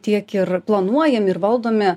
tiek ir planuojami ir valdomi